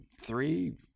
three